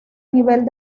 nivel